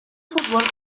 fútbol